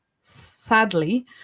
sadly